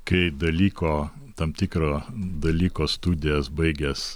kai dalyko tam tikro dalyko studijas baigęs